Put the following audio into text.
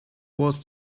was